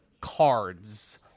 cards